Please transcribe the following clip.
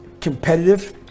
competitive